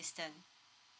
assistance